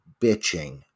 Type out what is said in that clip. bitching